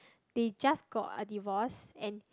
they just got a divorce and